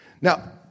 Now